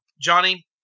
Johnny